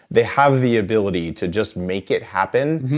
they have the ability to just make it happen,